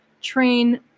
train